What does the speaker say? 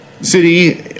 city